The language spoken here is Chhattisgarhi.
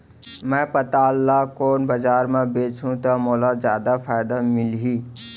मैं पताल ल कोन बजार म बेचहुँ त मोला जादा फायदा मिलही?